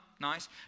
nice